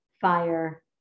fire